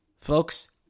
Folks